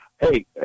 hey